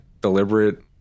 deliberate